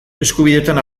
eskubideetan